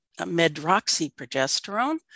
medroxyprogesterone